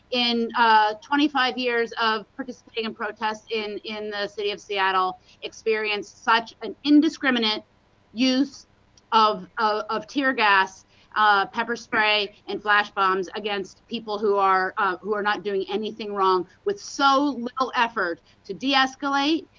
in twenty five years of personally and protesting in in the city of seattle experienced such an indiscriminate use of ah of teargas, pepper spray, and flash bombs, against people who are who are not doing anything wrong, with so little effort, to de escalate,